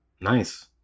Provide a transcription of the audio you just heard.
Nice